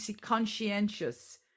conscientious